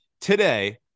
Today